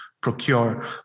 procure